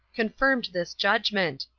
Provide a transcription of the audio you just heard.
confirmed this judgment,